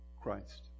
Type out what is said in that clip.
Christ